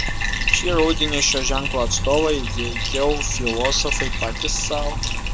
šį rudenį šio ženklo atstovai veikiau filosofai patys sau